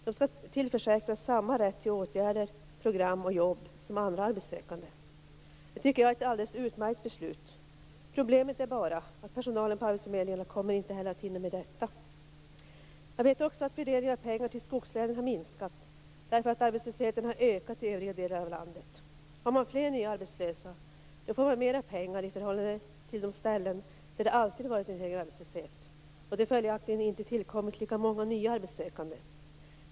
De skall tillförsäkras samma rätt till åtgärder, program och jobb som andra arbetssökande. Det tycker jag är ett alldeles utmärkt beslut. Problemet är bara att personalen på arbetsförmedlingarna inte heller kommer att hinna med detta. Jag vet också att fördelningen av pengar till skogslänen har minskat därför att arbetslösheten har ökat i övriga delar av landet. Har man fler nya arbetslösa får man mer pengar i förhållande till de ställen där det alltid har varit hög arbetslöshet och det följaktligen inte har tillkommit lika många nya arbetssökande.